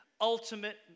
ultimate